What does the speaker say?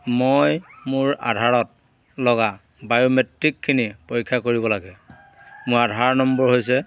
মই মোৰ আধাৰত লগা বায়োমেট্ৰিকখিনি পৰীক্ষা কৰিব লাগে মোৰ আধাৰ নম্বৰ হৈছে